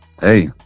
hey